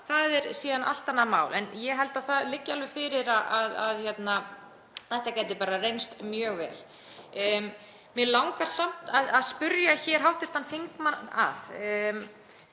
það er síðan allt annað mál. En ég held að það liggi alveg fyrir að þetta gæti reynst mjög vel. Mig langar samt að spyrja hv. þingmann um